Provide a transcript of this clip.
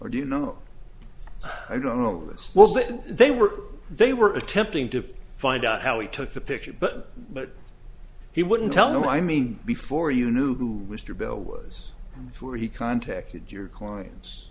or do you know i don't know this well if they were they were attempting to find out how he took the picture but but he wouldn't tell them i mean before you knew who was your bill was before he contacted your clients